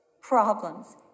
problems